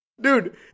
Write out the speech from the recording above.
Dude